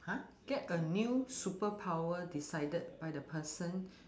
!huh! get a new superpower decided by the person